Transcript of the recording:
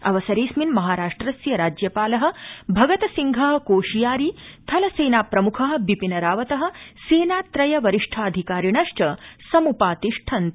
अवसरेऽस्मिन महाराष्ट्रस्य राज्यपाल भगतसिंह कोशियारी थलसेनाप्रमुख बिपिनरावत सेनात्रय वरिष्ठाधिकारिणश्च समुपातिष्ठन्त